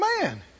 man